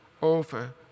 over